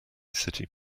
city